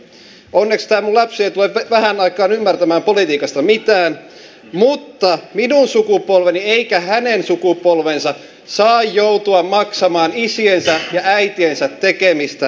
onneksi tämä minun lapseni ei tule vähään aikaan ymmärtämään politiikasta mitään mutta ei minun sukupolveni eikä hänen sukupolvensa saa joutua maksamaan isiensä ja äitiensä tekemistä virheistä